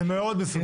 זה מאוד מסודר.